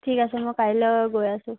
ঠিক আছে মই কাইলৈ গৈ আছোঁ